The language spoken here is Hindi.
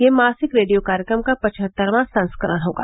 यह मासिक रेडियो कार्यक्रम का पचहत्तरवां संस्करण होगा